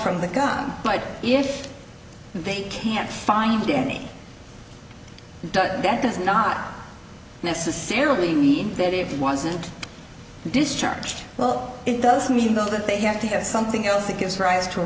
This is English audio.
from the gun but if they can't find any does that does not necessarily mean that it wasn't discharged well it does mean though that they have to have something else that gives rise to a